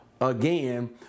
again